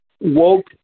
woke